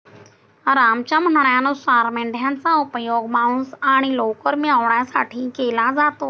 रामच्या म्हणण्यानुसार मेंढयांचा उपयोग मांस आणि लोकर मिळवण्यासाठी केला जातो